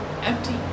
empty